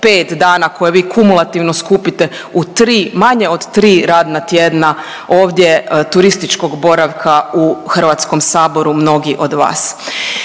5 dana koje vi kumulativno skupine u 3, manje od 3 radna tjedna ovdje, turističkog boravka u HS-u mnogi od vas.